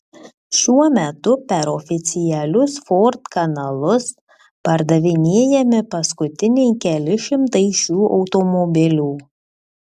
šiuo metu per oficialius ford kanalus pardavinėjami paskutiniai keli šimtai šių automobilių